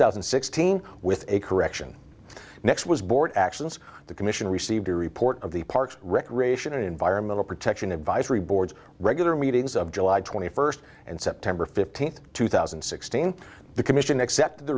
thousand and sixteen with a correction next was board actions the commission received a report of the parks recreation and environmental protection advisory boards regular meetings of july twenty first and september fifteenth two thousand and sixteen the commission accept the